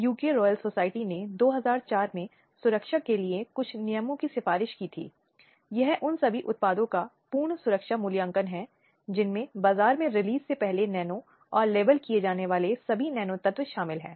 तो राष्ट्रीय महिला आयोग की तरह ही बाल अधिकारों के लिए राष्ट्रीय आयोग है राष्ट्रीय मानवाधिकार आयोग है जो संचालन के लिए भी हैं